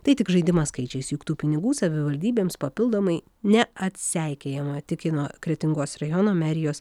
tai tik žaidimas skaičiais juk tų pinigų savivaldybėms papildomai neatseikėjama tikino kretingos rajono merijos